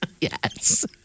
Yes